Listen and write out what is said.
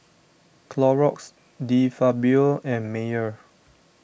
Clorox De Fabio and Mayer